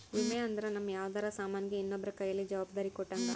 ವಿಮೆ ಅಂದ್ರ ನಮ್ ಯಾವ್ದರ ಸಾಮನ್ ಗೆ ಇನ್ನೊಬ್ರ ಕೈಯಲ್ಲಿ ಜವಾಬ್ದಾರಿ ಕೊಟ್ಟಂಗ